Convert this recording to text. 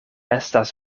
estas